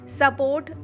support